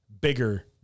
bigger